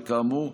וכאמור,